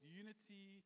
unity